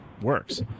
works